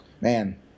man